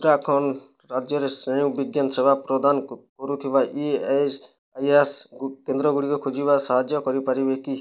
ଉତ୍ତରାଖଣ୍ଡ ରାଜ୍ୟରେ ସ୍ନାୟୁବିଜ୍ଞାନ ସେବା ପ୍ରଦାନ କରୁଥିବା ଇ ଏସ୍ ଆଇ ସି କେନ୍ଦ୍ର ଗୁଡ଼ିକ ଖୋଜିବା ସାହାଯ୍ୟ କରିପାରିବେ କି